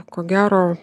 ko gero